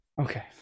Okay